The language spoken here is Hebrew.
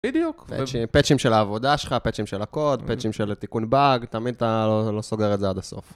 פצ'ים של העבודה שלך, פצ'ים של הקוד, פצ'ים של תיקון באג, תמיד אתה לא סוגר את זה עד הסוף.